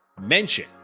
mention